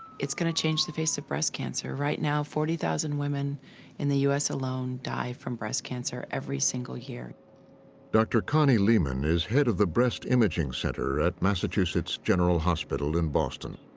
it's going to change the face of breast cancer. right now, forty thousand women in the u s. alone die from breast cancer every single year. narrator dr. connie lehman is head of the breast imaging center at massachusetts general hospital in boston.